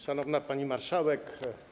Szanowna Pani Marszałek!